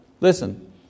Listen